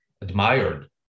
admired